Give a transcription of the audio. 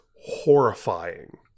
horrifying